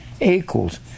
equals